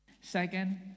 Second